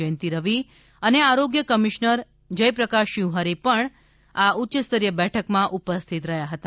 જયંતી રવિ અને આરોગ્ય કમિશનર જયપ્રકાશ શિવહરે પણ ઉચ્યસ્તરીય બેઠકમાં ઉપસ્થિત રહ્યા હતા